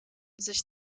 sich